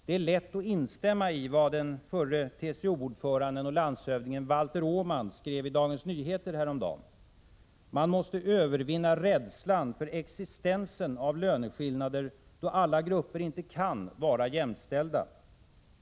Det är lätt att instämma i vad den förre TCO ordföranden och landshövdingen Valter Åman skrev i Dagens Nyheter häromdagen: ”Man måste övervinna rädslan för existensen av löneskillnader då alla grupper inte kan vara jämställda.